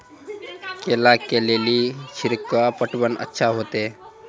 केला के ले ली छिड़काव पटवन अच्छा होते?